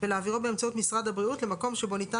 ולהעבירו באמצעות משרד הבריאות למקום שבו ניתן